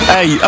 Hey